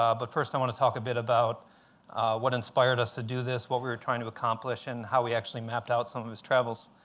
ah but first, i want to talk a bit about what inspired us to do this, what we were trying to accomplish, and how we actually mapped out some of his travels.